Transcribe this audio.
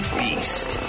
beast